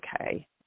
okay